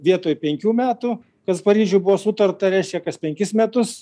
vietoj penkių metų kas paryžiuj buvo sutarta reiškia kas penkis metus